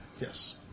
Yes